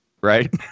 right